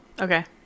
Okay